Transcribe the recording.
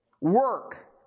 work